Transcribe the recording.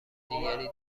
دیگری